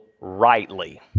rightly